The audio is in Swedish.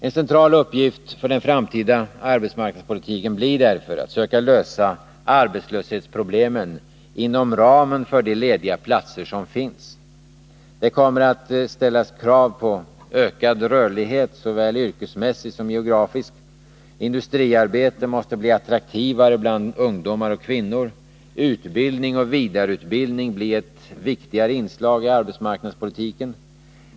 En central uppgift för den framtida arbetsmarknadspolitiken blir därför att försöka lösa arbetslöshetsproblemen inom ramen för de lediga platser som finns. Det kommer att ställa krav på ökad rörlighet såväl yrkesmässigt som geografiskt. Industriarbete måste bli attraktivare bland ungdomar och kvinnor. Utbildning och vidareutbildning måste bli ännu viktigare inslag i arbetsmarknadspolitiken.